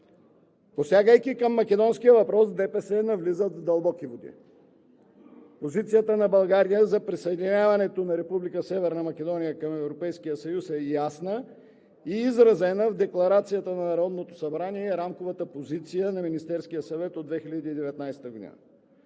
Посягайки към македонския въпрос, ДПС навлиза в дълбоки води. Позицията на България за присъединяването на Република Северна Македония към Европейския съюз е ясна и изразена в Декларацията на Народното събрание и Рамковата позиция на Министерския съвет от 2019 г.!